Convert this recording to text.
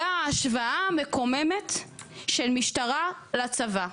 הייתה השוואה מקוממת של משטרה לצבא,